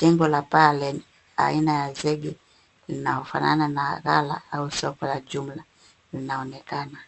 Jengo la paa aina ya zege linaofanana na ghala au soko la jumla linaonekana.